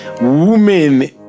women